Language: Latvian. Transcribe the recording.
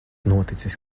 noticis